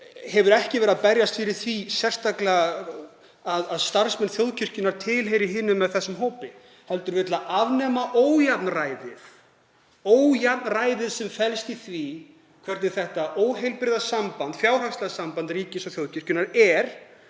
hefur ekki verið að berjast fyrir því sérstaklega að starfsmenn þjóðkirkjunnar tilheyri hinum eða þessum hópi heldur vill það afnema ójafnræðið sem felst í því hvernig þetta óheilbrigða fjárhagslega samband ríkis og þjóðkirkjunnar er